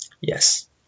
Yes